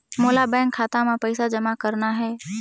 मोला बैंक खाता मां पइसा जमा करना हे?